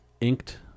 Inked